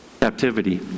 captivity